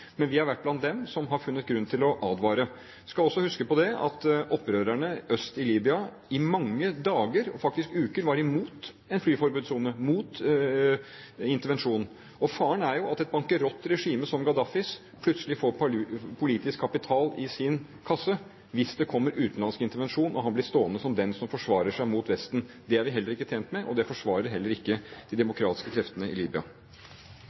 Men vi har vært blant dem som har funnet grunn til å advare. Vi skal også huske på at opprørerne øst i Libya i mange dager, faktisk uker, var imot en flyforbudssone og mot intervensjon. Og faren er jo at et bankerott regime som Gaddafis plutselig får politisk kapital i sin kasse hvis det kommer utenlandsk intervensjon, og han blir stående som den som forsvarer seg mot Vesten. Det er vi heller ikke tjent med, og det forsvarer heller ikke de demokratiske kreftene i